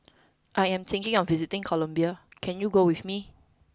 I am thinking of visiting Colombia can you go with me